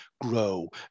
grow